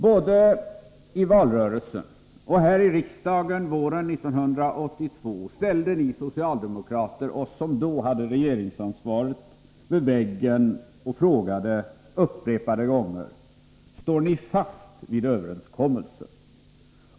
Både i valrörelsen och här i riksdagen våren 1982 ställde ni socialdemokrater oss som då hade regeringsansvaret mot väggen och frågade upprepade gånger: Står ni fast vid överenskommelsen?